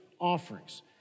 offerings